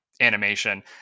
animation